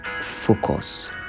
focus